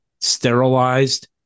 sterilized